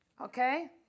Okay